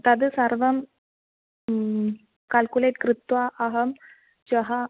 तद् सर्वं काल्कुलेट् कृत्वा अहं श्वः